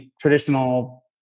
traditional